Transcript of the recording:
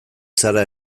zara